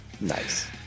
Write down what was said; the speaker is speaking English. Nice